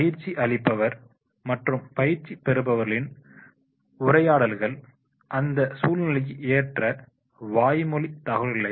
பயிற்சி அளிப்பவர் மற்றும் பயிற்சி பெறுபவர்களின் உரையாடல்கள் அந்த சூழ்நிலைக்கு ஏற்ற வாய்மொழி தகவல்களை